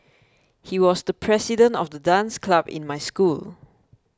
he was the president of the dance club in my school